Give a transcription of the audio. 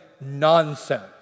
nonsense